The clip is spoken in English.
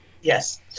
Yes